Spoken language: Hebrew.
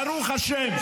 יש לנו הישגים, ברוך השם.